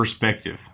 perspective